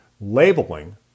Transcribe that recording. labeling